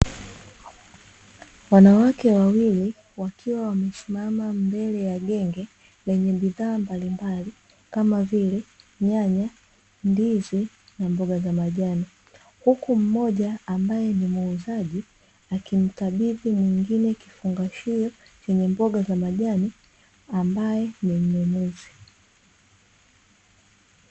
Wanawake wawili wakiwa wamesimama mbele ya genge lenye bidhaa mbalimbali kama vile nyanya, ndizi na mboga za majani huku mmoja ambaye ni muuzaji akimkabidhi mwingine kifungashio chenye mboga za majani ambaye ni mnunuzi.